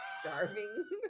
starving